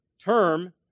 term